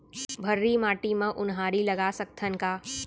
भर्री माटी म उनहारी लगा सकथन का?